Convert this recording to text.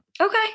Okay